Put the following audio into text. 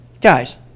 Guys